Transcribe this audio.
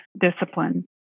discipline